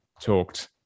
talked